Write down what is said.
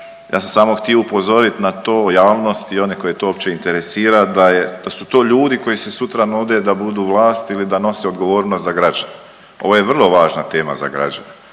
ja sam samo htio upozorit na to javnost i one koje to uopće interesira da su to ljudi koji se sutra nude da budu vlast ili da nose odgovornost za građane. Ovo je vrlo važna tema za građane.